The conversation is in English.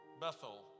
Bethel